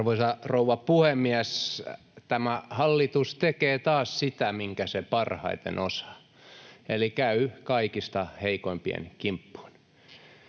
Arvoisa rouva puhemies! Tämä hallitus tekee taas sitä, minkä se parhaiten osaa, eli käy kaikista heikoimpien kimppuun.